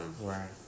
Right